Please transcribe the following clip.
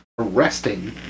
arresting